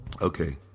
Okay